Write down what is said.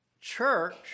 church